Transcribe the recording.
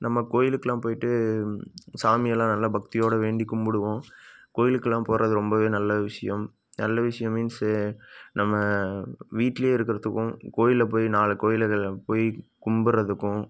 நம்ம கோவிலுக்குலாம் போயிட்டு சாமியெல்லாம் நல்லா பக்தியோடய வேண்டி கும்பிடுவோம் கோவிலுக்குலாம் போகிறது ரொம்பவே நல்ல விஷயம் நல்ல விஷயம் மீன்ஸு நம்ம வீட்லே இருக்கிறத்துக்கும் கோவில்ல போய் நாலு கோவிலுகள்ல போய் கும்பிட்றதுக்கும்